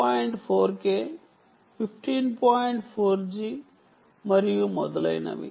4G మరియు మొదలైనవి